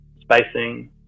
spacing